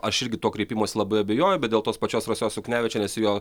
aš irgi tuo kreipimosi labai abejoju bet dėl tos pačios rasos juknevičienės jo